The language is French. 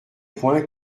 point